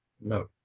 No